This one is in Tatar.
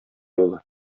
улы